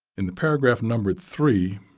in the paragraph numbered three,